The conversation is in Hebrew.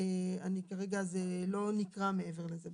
כרגע זה לא נקרא מעבר לזה.